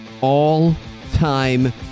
All-time